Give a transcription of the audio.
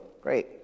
Great